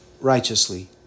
righteously